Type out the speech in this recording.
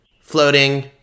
floating